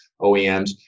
OEMs